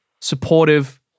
supportive